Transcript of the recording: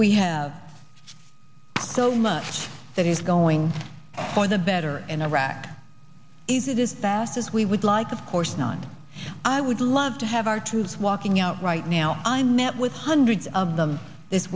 we have so much that is going for the better and iraq is it is bad because we would like of course not i would love to have our troops walking out right now i met with hundreds of them this